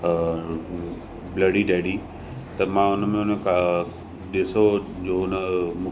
अ bloody daddy त मां उनमें उन क ॾिसो जो हुन